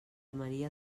maria